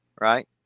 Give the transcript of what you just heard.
right